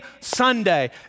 Sunday